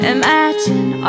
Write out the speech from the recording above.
Imagine